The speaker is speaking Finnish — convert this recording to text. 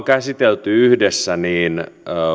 käsitelty yhdessä niin